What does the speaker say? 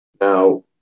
Now